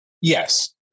Yes